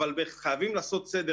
אבל חייבים לעשות סדר.